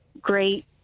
great